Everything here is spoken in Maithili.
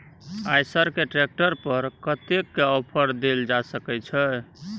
आयसर के ट्रैक्टर पर कतेक के ऑफर देल जा सकेत छै?